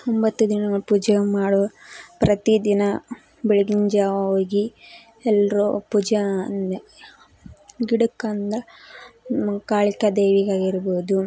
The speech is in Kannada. ಒಂಬತ್ತು ದಿನಗಳ ಪೂಜೆ ಮಾಡುವ ಪ್ರತಿದಿನ ಬೆಳಗಿನ ಜಾವ ಹೋಗಿ ಎಲ್ಲರೂ ಪೂಜೆ ಗಿಡಕ್ಕೆ ಅಂದ್ರೆ ಕಾಳಿಕಾ ದೇವಿಗಾಗಿರ್ಬೋದು